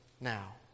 now